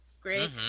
Great